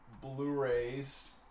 Blu-rays